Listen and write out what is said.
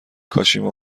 کاشیما